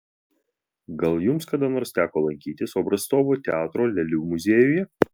gal jums kada nors teko lankytis obrazcovo teatro lėlių muziejuje